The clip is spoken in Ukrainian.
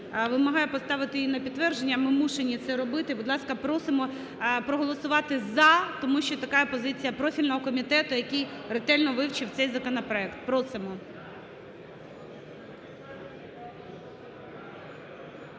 вимагає поставити її на підтвердження, ми мусимо це робити. Будь ласка, просимо проголосувати "за", тому що така є позиція профільного комітету, який ретельно вивчив цей законопроект. Просимо.